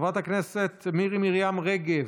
חברת הכנסת מירי מרים רגב,